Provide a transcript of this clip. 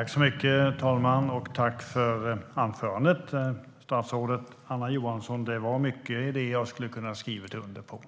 Herr talman! Jag vill tacka statsrådet Anna Johansson för anförandet. Det fanns mycket i det som jag skulle kunna skriva under på.